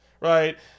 right